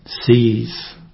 sees